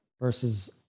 versus